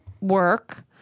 work